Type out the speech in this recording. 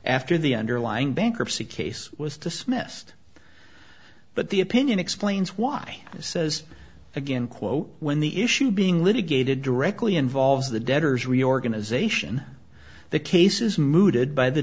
after the underlying bankruptcy case was dismissed but the opinion explains why this says again quote when the issue being litigated directly involves the debtor's reorganization the case is mooted by the